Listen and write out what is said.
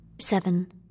Seven